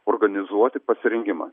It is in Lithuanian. organizuoti pasirengimą